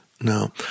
No